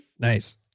Nice